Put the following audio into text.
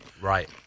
Right